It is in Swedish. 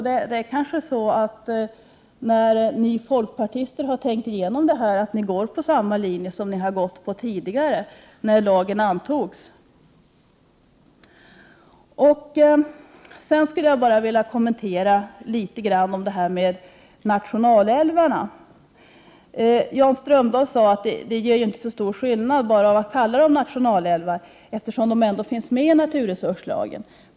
Det är kanske så att när ni folkpartister har tänkt igenom går ni på samma linje som ni gjorde tidigare då lagen antogs. Sedan bara något om nationalälvarna. Jan Strömdahl säger att det inte blir någon större skillnad om älvarna kallas för nationalälvar. De finns ju ändå med i naturresurslagen.